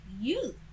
youth